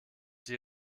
die